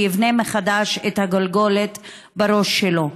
שיבנה מחדש את הגולגולת בראש שלו.